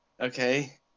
Okay